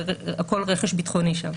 זה הכול רכש ביטחוני שם,